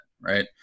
right